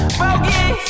broken